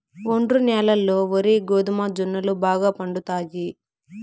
ఒండ్రు న్యాలల్లో వరి, గోధుమ, జొన్నలు బాగా పండుతాయి